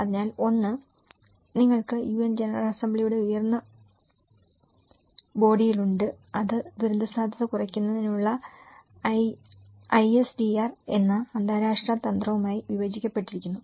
അതിനാൽ ഒന്ന് നിങ്ങൾക്ക് യുഎൻ ജനറൽ അസംബ്ലിയുടെ ഉയർന്ന ബോഡിയുണ്ട് അത് ദുരന്തസാധ്യത കുറയ്ക്കുന്നതിനുള്ള ഐഎസ്ഡിആർ എന്ന അന്താരാഷ്ട്ര തന്ത്രമായി വിഭജിക്കപ്പെട്ടിരിക്കുന്നു